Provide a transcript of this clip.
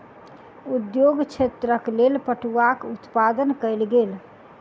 उद्योग क्षेत्रक लेल पटुआक उत्पादन कयल गेल